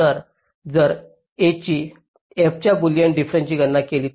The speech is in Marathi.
तर जर a मी f च्या बुलियन डिफरेन्साची गणना केली